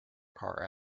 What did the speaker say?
car